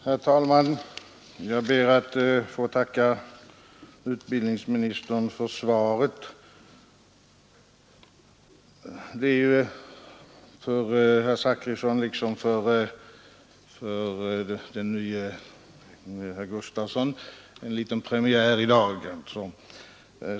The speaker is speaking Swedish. Herr talman! Jag ber att få tacka utbildningsministern för svaret. Det är ju för herr Zachrisson liksom för den nye civilministern, herr Gustafsson, en liten premiär i dag.